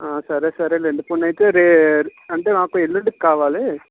ఆ సరే సరే లేండి పోని అయితే రే అంటే నాకు ఎల్లుండికి కావాలి